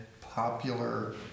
popular